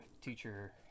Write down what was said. teacher